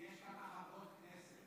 כי יש כמה חברות כנסת.